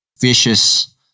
vicious